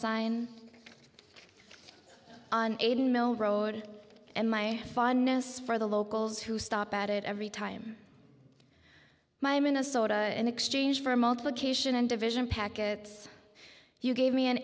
mill road and my fondness for the locals who stop at it every time my minnesota an exchange for multiplication and division packets you gave me an